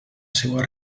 seua